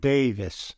Davis